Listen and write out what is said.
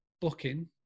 booking